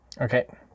Okay